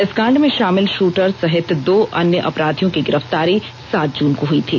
इस कांड में शामिल शूटर सहित दो अन्य अपराधियों की गिरफ्तारी सात जून को हुई थी